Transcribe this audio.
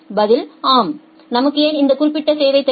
பதில் ஆம் நமக்கு ஏன் அந்த குறிப்பிட்ட சேவை தேவை